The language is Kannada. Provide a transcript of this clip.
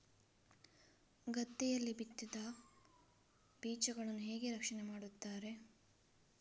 ಗದ್ದೆಯಲ್ಲಿ ಬಿತ್ತಿದ ಬೀಜಗಳನ್ನು ಹೇಗೆ ರಕ್ಷಣೆ ಮಾಡುತ್ತಾರೆ?